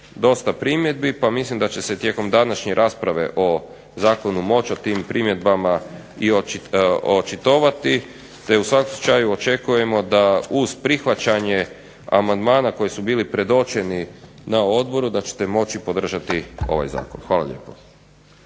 dosta primjedbi pa mislim da će se tijekom današnje rasprave o zakonu moći o tim primjedbama i očitovati te u svakom slučaju očekujemo da uz prihvaćanje amandmana koji su bili predočeni na odboru da ćete moći podržati ovaj zakon. Hvala lijepo.